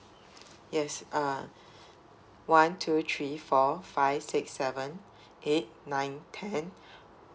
yes uh one two three four five six seven eight nine ten